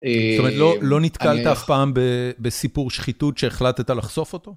זאת אומרת, לא נתקלת אף פעם בסיפור שחיתות שהחלטת לחשוף אותו?